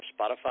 Spotify